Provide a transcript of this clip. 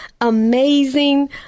amazing